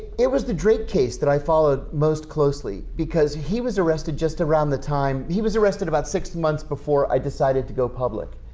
it was the drake case that i followed most closely because he was arrested just around the time he was arrested about six months before i decided to go public.